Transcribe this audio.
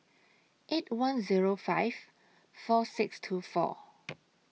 eight one Zero five four six two four